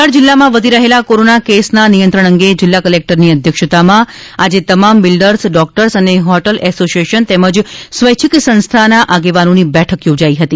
વલસાડ જિલ્લામાં વધી રહેલા કોરોના કેસના નિયંત્રણ અંગે જિલ્લા કલેક્ટરની અધ્યક્ષતામાં આજે તમામ બિલ્ડર ડૉક્ટર અને હોટલ એસોસીએશન તેમજ સ્વૈચ્છિક સંસ્થાના આગેવાનોની બેઠક યોજાઈ હતી